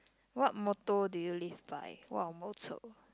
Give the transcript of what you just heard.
what motto do you live by what motto